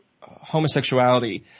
homosexuality